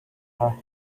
her